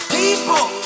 people